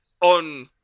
on